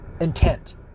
intent